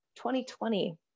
2020